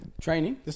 training